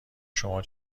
شما